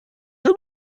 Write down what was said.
hier